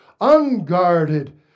unguarded